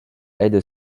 aide